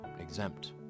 exempt